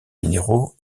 minéraux